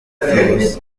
flows